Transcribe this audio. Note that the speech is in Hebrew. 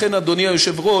לכן, אדוני היושב-ראש,